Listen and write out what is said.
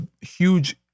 huge